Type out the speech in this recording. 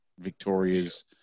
Victoria's